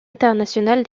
internationale